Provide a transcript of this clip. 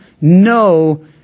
no